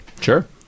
Sure